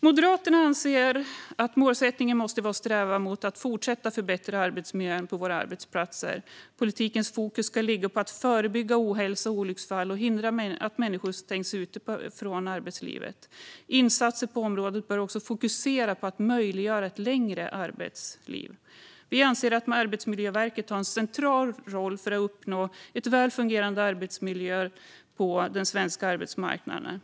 Moderaterna anser att målsättningen måste vara att fortsätta att förbättra arbetsmiljön på våra arbetsplatser. Politikens fokus ska ligga på att förebygga ohälsa och olycksfall och på att förhindra att människor stängs ute från arbetslivet. Insatser på området bör också fokusera på att möjliggöra ett längre arbetsliv. Vi anser att Arbetsmiljöverket har en central roll för att uppnå väl fungerande arbetsmiljöer på den svenska arbetsmarknaden.